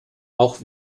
auch